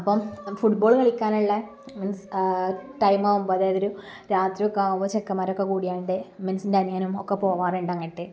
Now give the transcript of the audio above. അപ്പോള് ഫുട്ബോള് കളിക്കാനുള്ള മീന്സ് ടൈമാകുമ്പോള് അതായതൊരു രാത്രിയൊക്കാകുമ്പോള് ചെക്കന്മാരൊക്കെ കൂടിയാണ്ട് മീന്സ് എന്റെ അനിയനും ഒക്കെ പോവാറുണ്ട് അങ്ങോട്ട്